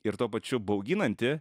ir tuo pačiu bauginanti